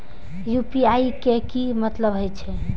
UPI के की मतलब हे छे?